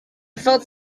felt